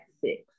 six